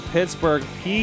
Pittsburgh